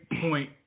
point